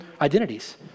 identities